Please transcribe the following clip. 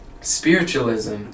Spiritualism